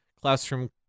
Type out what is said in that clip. Classroom